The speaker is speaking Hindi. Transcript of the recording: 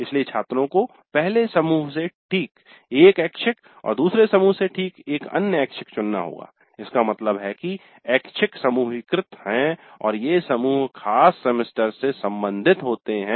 इसलिए छात्रों को पहले समूह से ठीक एक ऐच्छिक और दूसरे समूह से ठीक एक अन्य ऐच्छिक चुनना होगा इसका मतलब है कि ऐच्छिक समूहीकृत हैं और ये समूह खास सेमेस्टर से सम्बंधित होते हैं